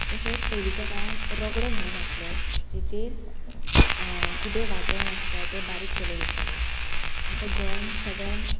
तशेंच पयलींच्या काळान रोगडो म्हणून आसलो जेचेर किदें वाटण आसता तें बारीक केलें वयतलें आतां गोंयांत सगळ्यान